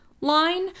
line